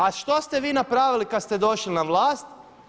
A što ste vi napravili kada ste došli na vlast?